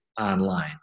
online